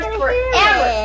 forever